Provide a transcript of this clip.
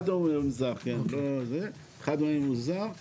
כן, אחד מהם הוא זר.